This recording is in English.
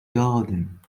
garden